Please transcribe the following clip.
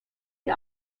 wie